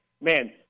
Man